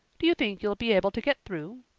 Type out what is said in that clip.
do you think you'll be able to get through?